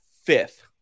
fifth